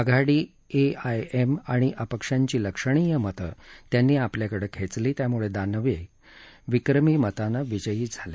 आघाडी एमआयएम आणि अपक्षांची लक्षणीय मतं त्यांनी आपल्याकडे खेचली त्यामुळे दानवे विक्रमी मतानं विजयी झाली